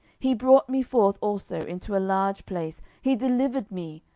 he brought me forth also into a large place he delivered me,